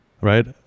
Right